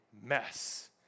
mess